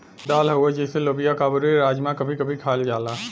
दाल हउवे जइसे लोबिआ काबुली, राजमा कभी कभी खायल जाला